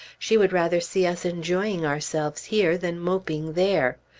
she would rather see us enjoying ourselves here than moping there.